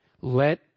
Let